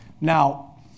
Now